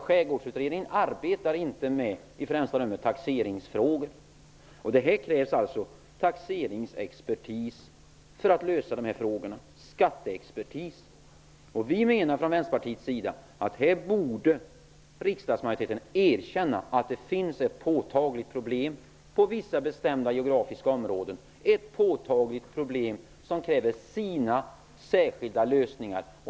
Skärgårdsutredningen arbetar inte i främsta rummet med taxeringsfrågor. Det krävs taxeringsexpertis och skatteexpertis för att lösa dessa problem. Vi från Vänsterpartiet menar att riksdagsmajoriteten borde erkänna att det finns ett påtagligt problem i vissa bestämda geografiska områden som kräver sina särskilda lösningar.